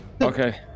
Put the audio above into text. okay